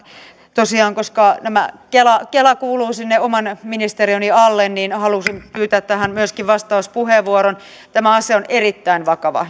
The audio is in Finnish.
tosiaan koska kela kela kuuluu sinne oman ministeriöni alle niin halusin pyytää tähän myöskin vastauspuheenvuoron tämä asia on erittäin vakava